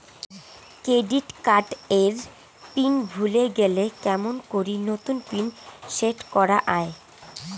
Credit card এর PIN ভুলে গেলে কেমন করি নতুন পিন সেট করা য়ায়?